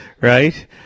right